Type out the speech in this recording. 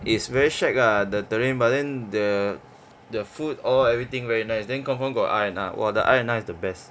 it's very shag lah the terrain but then the the food all everything very nice then confirm got R&R !wah! the R&R is the best